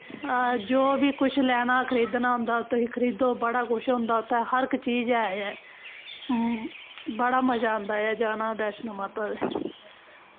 जो बी किश लैना खरीदना होंदा तुहीं खरीदो बड़ा कुछ होंदा उत्थै हर इक चीज ऐ बड़ा मज़ा आंदा ऐ जाना बैैष्णो माता दे